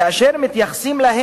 כאשר מתייחסים אליה